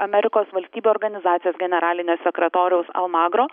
amerikos valstybių organizacijos generalinio sekretoriaus almagro